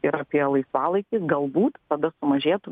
ir apie laisvalaikį galbūt tada sumažėtų